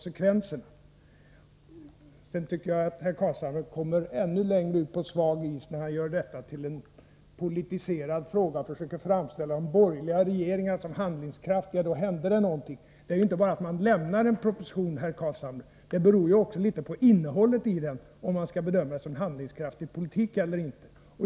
Sedan tycker jag att herr Carlshamre kommer ännu längre ut på svagis, när han gör detta till en politisk fråga och försöker framställa de borgerliga regeringarna som handligskraftiga; då händer det någonting. Det handlar inte bara om att lämna en proposition, herr Carlshamre. Det handlar också om innehållet i den, om den skall kunna bedömas vara uttryck för handlingskraftig politik eller inte.